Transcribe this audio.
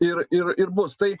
ir ir ir bus tai